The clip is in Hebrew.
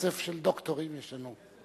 רצף של דוקטורים יש לנו.